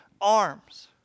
arms